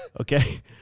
Okay